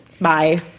Bye